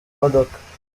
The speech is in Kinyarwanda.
imodoka